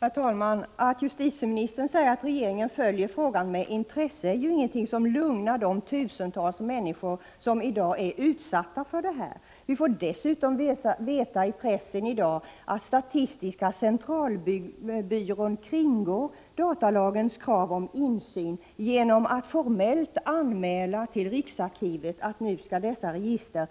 Herr talman! Att justitieministern säger att regeringen följer frågan med intresse är ju ingenting som lugnar de tusentals människor som i dag är utsatta för det här slaget av forskning. Vi får dessutom veta i pressen i dag, att statistiska centralbyrån kringgår datalagens krav på insyn genom att formellt anmäla till riksarkivet att dessa register nu skall